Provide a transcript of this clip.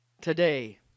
Today